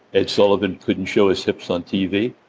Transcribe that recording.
ed sullivan couldn't show his hips on tv,